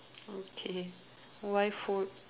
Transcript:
okay why food